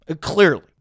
Clearly